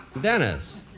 Dennis